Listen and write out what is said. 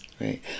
Right